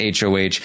HOH